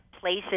places